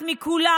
מכולם,